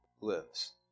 lives